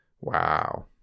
Wow